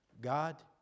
God